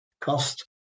cost